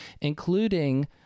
including